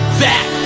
back